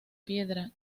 piedra